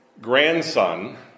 grandson